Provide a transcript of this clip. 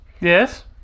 Yes